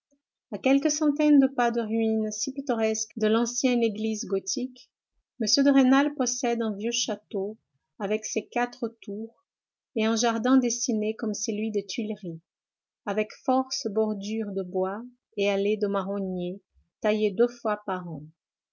a quelques centaines de pas des ruines si pittoresques de l'anciens église gothique m de rênal possède un vieux château avec ses quatre tours et un jardin dessiné comme celui des tuileries avec force bordures de bois et allées de marronniers taillés deux fois par an